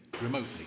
Remotely